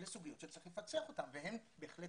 אלה סוגיות שצריך לפצח אותן והן בהחלט